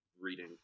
reading